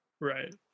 Right